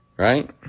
Right